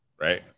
Right